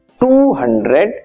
200